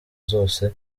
zose